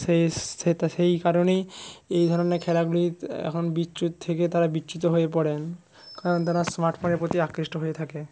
সেতা সেই কারণেই এই ধরনের খেলাগুলি এখন বিচ্যুত থেকে তারা বিচ্যুত হয়ে পড়েন কারণ তারা স্মার্ট ফোনের প্রতি আকৃষ্ট হয়ে থাকে